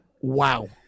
Wow